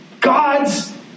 God's